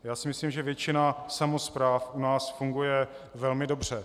Já si myslím, že většina samospráv u nás funguje velmi dobře.